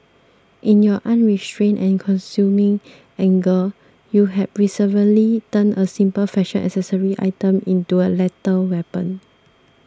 in your unrestrained and consuming anger you had perversely turned a simple fashion accessory item into a lethal weapon